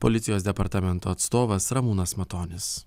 policijos departamento atstovas ramūnas matonis